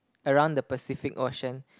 around the Pacific Ocean